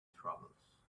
travels